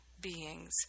beings